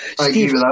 Steve